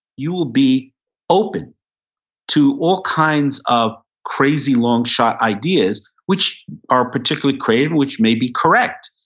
you will be open to all kinds of crazy long shot ideas which are particularly creative, which may be correct.